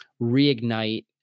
reignite